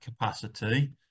capacity